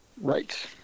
right